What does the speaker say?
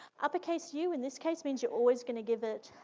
uppercase u in this case means you're always gonna give it